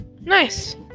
nice